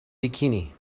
bikini